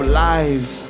lies